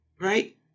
right